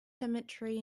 cemetery